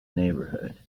neighborhood